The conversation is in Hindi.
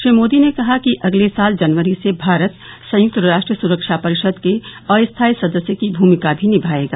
श्री मोदी ने कहा कि अगले साल जनवरी से भारत संयुक्त राष्ट्र सुरक्षा परिषद के अस्थायी सदस्य की भूमिका भी निभाएगा